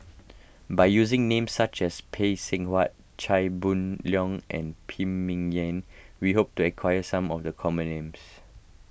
by using names such as Phay Seng Whatt Chia Boon Leong and Phan Ming Yen we hope to aquire some of the common names